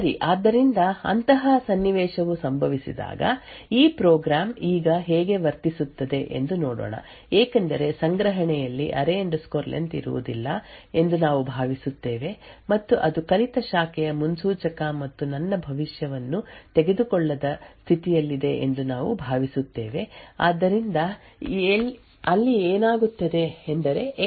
ಸರಿ ಆದ್ದರಿಂದ ಅಂತಹ ಸನ್ನಿವೇಶವು ಸಂಭವಿಸಿದಾಗ ಈ ಪ್ರೋಗ್ರಾಂ ಈಗ ಹೇಗೆ ವರ್ತಿಸುತ್ತದೆ ಎಂದು ನೋಡೋಣ ಏಕೆಂದರೆ ಸಂಗ್ರಹಣೆಯಲ್ಲಿ ಅರೇ ಲೆನ್ array len ಇರುವುದಿಲ್ಲ ಎಂದು ನಾವು ಭಾವಿಸುತ್ತೇವೆ ಮತ್ತು ಅದು ಕಲಿತ ಶಾಖೆಯ ಮುನ್ಸೂಚಕ ಮತ್ತು ನನ್ನ ಭವಿಷ್ಯವನ್ನು ತೆಗೆದುಕೊಳ್ಳದ ಸ್ಥಿತಿಯಲ್ಲಿದೆ ಎಂದು ನಾವು ಭಾವಿಸುತ್ತೇವೆ ಆದ್ದರಿಂದ ಅಲ್ಲಿ ಏನಾಗುತ್ತದೆ ಎಂದರೆ x array len array len ಗಿಂತ ಹೆಚ್ಚಿದ್ದರೂ ಇಫ್ ಒಳಗೆ ಈ ಸೂಚನೆಗಳನ್ನು ಊಹಾತ್ಮಕವಾಗಿ ಕಾರ್ಯಗತಗೊಳಿಸಲಾಗುತ್ತದೆ